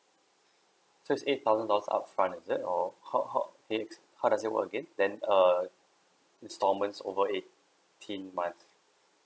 so is eight thousand dollars upfront is it or how how it how does it is how does it work again then err instalments over eighteen months